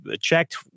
checked